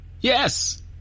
Yes